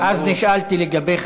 אז נשאלתי לגביך,